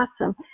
awesome